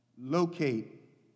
locate